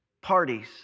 parties